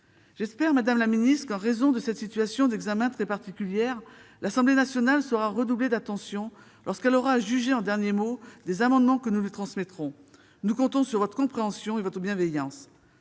J'espère, madame la ministre, que, en raison de ces conditions d'examen très particulières, l'Assemblée nationale saura redoubler d'attention lorsqu'elle aura à se prononcer en dernier ressort sur les amendements que nous aurons adoptés. Nous comptons sur votre compréhension et sur votre bienveillance.